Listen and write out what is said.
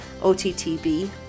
OTTB